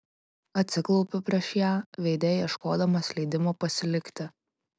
atsiklaupiu prieš ją veide ieškodamas leidimo pasilikti